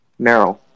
Meryl